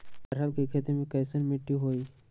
अरहर के खेती मे कैसन मिट्टी होइ?